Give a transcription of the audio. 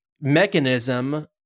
mechanism